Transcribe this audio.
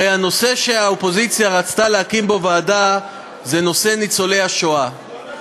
הרי הנושא שהאופוזיציה רצתה להקים בו ועדה זה נושא ניצולי השואה.